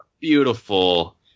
beautiful